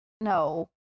No